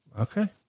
Okay